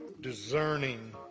discerning